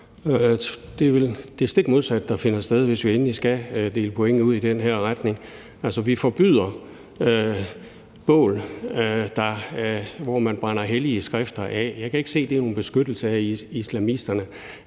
vel det stik modsatte, der finder sted, hvis vi endelig skal dele point ud i den her retning. Vi forbyder bål, hvor man brænder hellige skrifter af. Jeg kan ikke se, at det er nogen beskyttelse af islamisterne.